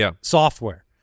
software